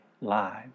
lives